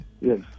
Yes